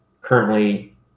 currently